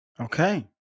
Okay